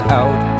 out